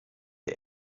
der